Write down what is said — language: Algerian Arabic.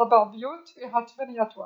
ربع بيوت فيها ثمنية تواقي.